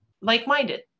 like-minded